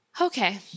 Okay